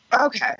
Okay